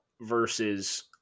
versus